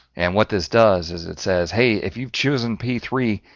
and what this does is it says hey, if you've chosen p three,